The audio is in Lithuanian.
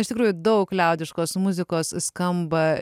iš tikrųjų daug liaudiškos muzikos skamba